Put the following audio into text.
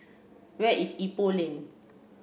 where is Ipoh Lane